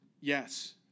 yes